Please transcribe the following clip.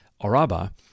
Araba